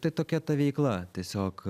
tai tokia ta veikla tiesiog